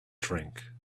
drink